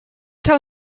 tell